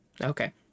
Okay